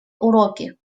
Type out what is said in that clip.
уроки